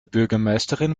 bürgermeisterin